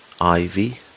Ivy